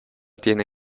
tiene